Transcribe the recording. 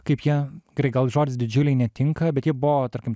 kaip jie gerai gal žodis didžiuliai netinka bet jie buvo tarkim